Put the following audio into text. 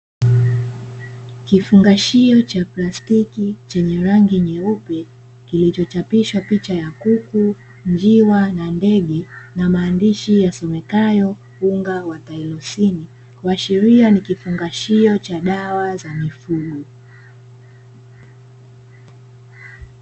Kifungashio cha plastiki chenye rangi nyeupe, kilichochapichwa picha ya kuku, njiwa na ndege, na maandishi yasomekayo unga wa "tylosin" kuashiria ni kifungashio cha dawa za mifugo.